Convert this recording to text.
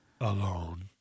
Alone